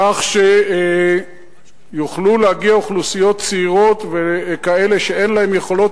כך שיוכלו להגיע אוכלוסיות צעירות וכאלה שאין להם יכולות